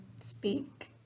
speak